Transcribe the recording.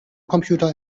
computer